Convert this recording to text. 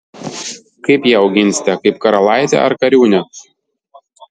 kaip ją auginsite kaip karalaitę ar kariūnę